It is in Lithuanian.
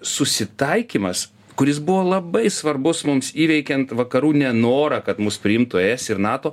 susitaikymas kuris buvo labai svarbus mums įveikiant vakarų nenorą kad mus priimtų es ir nato